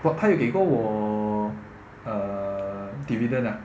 what 他有给过我 err dividend ah